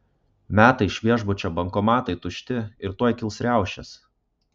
meta iš viešbučio bankomatai tušti ir tuoj kils riaušės